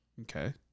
Okay